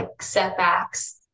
setbacks